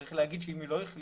צריך להגיד שאם היא לא החליטה,